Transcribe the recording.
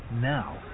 Now